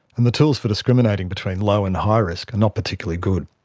and the tools for discriminating between low and high risk and not particularly good.